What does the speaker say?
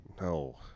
No